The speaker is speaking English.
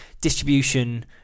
distribution